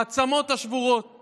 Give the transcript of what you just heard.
העצמות השבורות